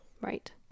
Right